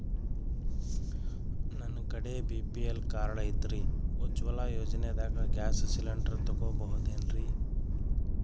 ನನ್ನ ಕಡೆ BPL card ಐತ್ರಿ, ಉಜ್ವಲಾ ಯೋಜನೆದಾಗ ಗ್ಯಾಸ್ ಸಿಲಿಂಡರ್ ತೊಗೋಬಹುದೇನ್ರಿ?